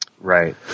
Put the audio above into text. Right